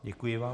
Děkuji vám.